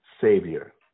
Savior